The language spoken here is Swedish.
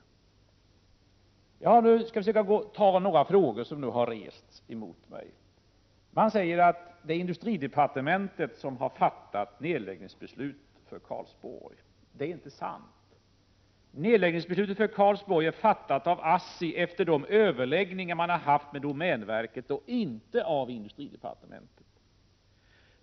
Jag skall nu försöka ta upp några av de frågor som har ställts till mig. Man säger att det är industridepartementet som har fattat beslutet om nedläggning av sågverket i Karlsborg. Det är inte sant. Beslutet om nedläggning av sågverket i Karlsborg är fattat av ASSI, efter de överläggningar man har haft med domänverket - inte av industridepartementet.